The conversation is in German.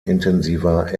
intensiver